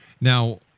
Now